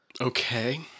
Okay